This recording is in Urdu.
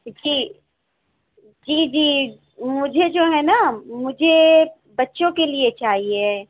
جی جی جی مجھے جو ہے نا مجھے بچوں کے لیے چاہیے ہے